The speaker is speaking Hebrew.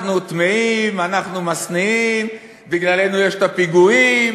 אנחנו טמאים, אנחנו משניאים, בגללנו יש פיגועים,